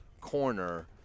corner